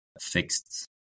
fixed